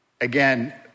Again